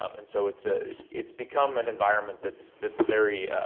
um and so it's ah it's become an environment that's that's very